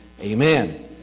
amen